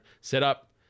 setup